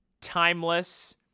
timeless